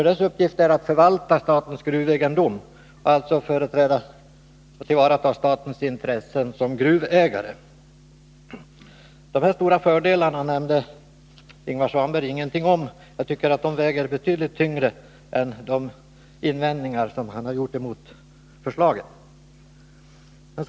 Dess uppgift är att förvalta statens gruvegendom, dvs. företräda och tillvarata statens intressen som gruvägare. Ingvar Svanberg nämnde ingenting om dessa stora fördelar. Jag tycker dock att de väger betydligt tyngre än vad som framgår av de invändningar mot förslaget som Ingvar Svanberg gjorde.